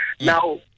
Now